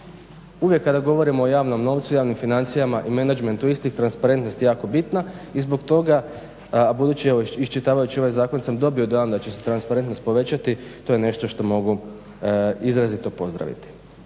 Uvijek kada govorimo o javnom novcu, javnim financijama i menadžmentu istih transparentnost je jako bitna i zbog toga a budući evo iščitavajući ovaj zakon sam dobio dojam da će se transparentnost povećati to je nešto što mogu izrazito pozdraviti.